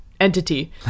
Entity